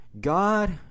God